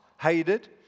Hated